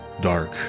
dark